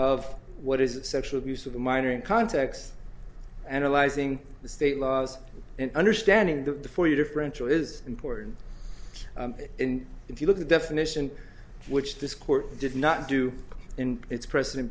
of what is sexual abuse of the minor in context analyzing the state laws and understanding the for you differential is important and if you look at definition which this court did not do in its present